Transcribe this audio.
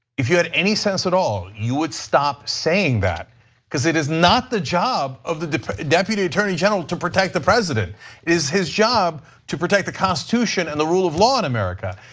if you had any sense at all, you would stop saying that because it is not the job of the deputy attorney general to protect the president. it is his job to protect the constitution and the rule of law in america.